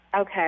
okay